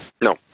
No